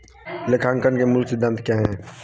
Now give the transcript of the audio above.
लेखांकन के मूल सिद्धांत क्या हैं?